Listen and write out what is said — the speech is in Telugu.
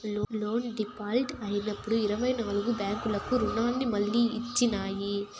లోన్ డీపాల్ట్ అయినప్పుడు ఇరవై నాల్గు బ్యాంకులు రుణాన్ని మళ్లీ ఇచ్చినాయి